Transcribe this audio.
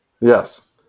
Yes